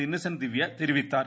Innocent Divya தெரவித்தார்